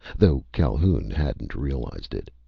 though calhoun hadn't realized it.